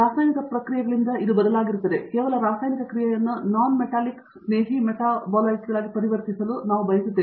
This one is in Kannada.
ರಾಸಾಯನಿಕ ಪ್ರಕ್ರಿಯೆಯಿಂದ ಇದು ಬದಲಾಗಿರುತ್ತದೆ ಕೇವಲ ರಾಸಾಯನಿಕ ಕ್ರಿಯೆಯನ್ನು ನಾನ್ ಮೆಟಾಲಿಕ್ ಸ್ನೇಹಿ ಮೆಟಾಬಾಲೈಟ್ಗಳಾಗಿ ಪರಿವರ್ತಿಸಲು ನಾವು ಬಯಸುತ್ತೇವೆ